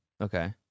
Okay